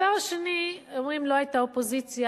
הדבר השני, אומרים שלא היתה אופוזיציה.